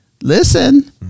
listen